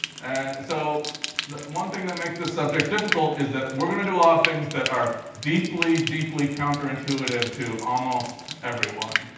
and so one thing that makes this subject difficult is that we're going to do a lot of things that are deeply, deeply counterintuitive to almost everyone.